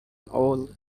old